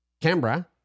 Canberra